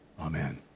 Amen